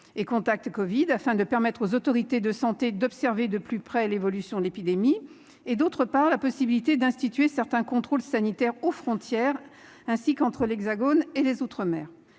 et Contact Covid, afin de permettre aux autorités de santé d'observer de plus près l'évolution de l'épidémie ; d'autre part, la possibilité d'instituer certains contrôles sanitaires aux frontières, ainsi qu'entre l'Hexagone et les outre-mer.